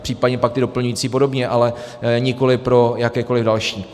Případně pak ty doplňující a podobně, ale nikoli pro jakékoli další.